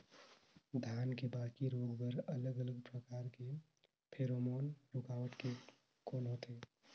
धान के बाकी रोग बर अलग अलग प्रकार के फेरोमोन रूकावट के कौन होथे?